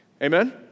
Amen